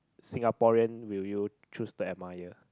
Singaporean will you choose to admire